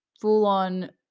full-on